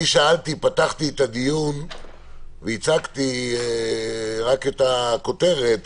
אני פתחתי את הדיון והצגתי רק את הכותרת,